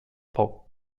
pulp